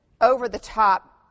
over-the-top